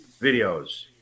videos